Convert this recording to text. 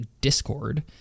Discord